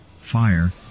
fire